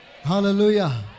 Hallelujah